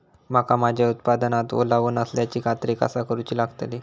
मका माझ्या उत्पादनात ओलावो नसल्याची खात्री कसा करुची लागतली?